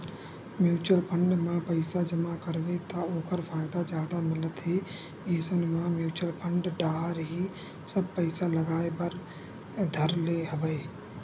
mutual fund म पइसा जमा करबे त ओखर फायदा जादा मिलत हे इसन म म्युचुअल फंड डाहर ही सब पइसा लगाय बर धर ले हवया